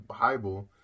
Bible